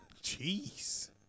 Jeez